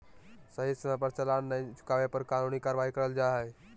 सही समय पर चालान नय चुकावे पर कानूनी कार्यवाही करल जा हय